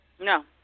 No